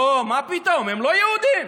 לא, מה פתאום, הם לא יהודים.